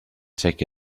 take